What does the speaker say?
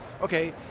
okay